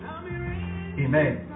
Amen